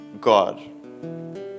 God